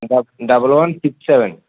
double one six seven